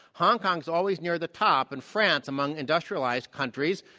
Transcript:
hong kong's always near the top. and france, among industrialized countries,